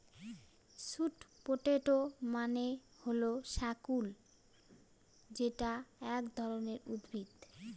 sweet potato মানে হল শাকালু যেটা এক ধরনের উদ্ভিদ